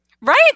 right